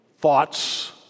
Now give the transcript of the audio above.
thoughts